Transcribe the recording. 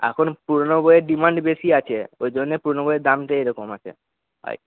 এখন পুরোনো বইয়ের ডিমান্ড বেশি আছে ওই জন্য পুরোনো বইয়ের দামটা এরকম আছে